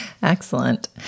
Excellent